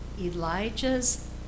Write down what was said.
Elijah's